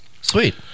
Sweet